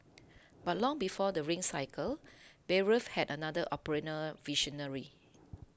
but long before the Ring Cycle Bayreuth had another operatic visionary